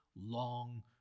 long